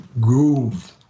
groove